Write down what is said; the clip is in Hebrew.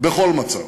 בכל מצב,